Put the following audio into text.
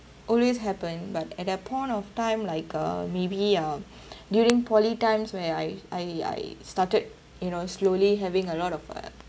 always happen but at that point of time like uh maybe um during poly times where I I I started you know slowly having a lot of uh